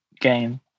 game